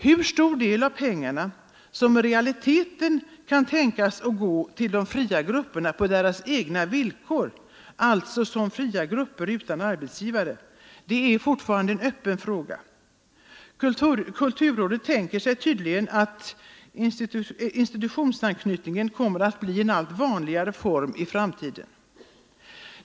Hur stor del av pengarna som i realiteten kan tänkas gå till fria grupper på deras egna villkor — alltså som fria grupper utan arbetsgivare — är fortfarande en öppen fråga. Kulturrådet tänker sig tydligen att institutionsanknytningen kommer att bli en allt vanligare form i framtiden.